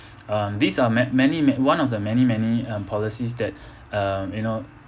um these are ma~ many man~ one of the many many um policies that um you know